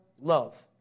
love